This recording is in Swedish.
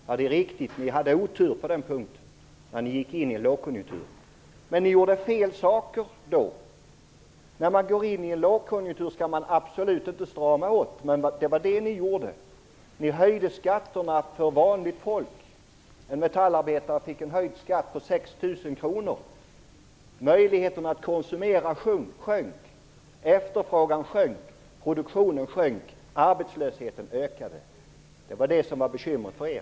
Ja, det är riktigt att ni hade otur på den punkten i och med att vi då gick in i en lågkonjunktur. Men ni gjorde fel saker då. När man går in i en lågkonjunktur skall man absolut inte strama åt, men det var det ni gjorde. Ni höjde skatterna för vanligt folk. En metallarbetare fick en höjning av skatten med 6 000 kr. Möjligheterna att konsumera sjönk, efterfrågan sjönk, produktionen sjönk, arbetslösheten ökade. Det var det som var bekymret för er.